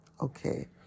okay